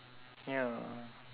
ya